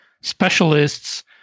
specialists